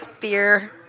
beer